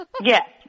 Yes